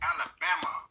Alabama